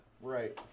Right